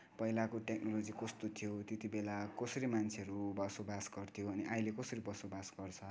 पहिलाको टेक्नोलोजी कस्तो थियो त्यति बेला कसरी मान्छेहरू बसोबास गर्थ्यो अनि अहिले कसरी बसोबास गर्छ